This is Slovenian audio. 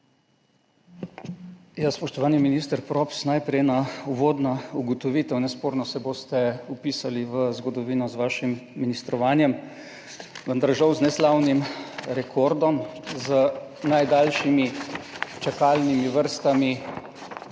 Spoštovani minister Props! Najprej ena uvodna ugotovitev. Nesporno se boste vpisali v zgodovino s svojim ministrovanjem, vendar žal z neslavnim rekordom – z najdaljšimi čakalnimi vrstami